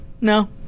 No